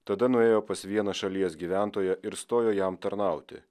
tada nuėjo pas vieną šalies gyventoją ir stojo jam tarnauti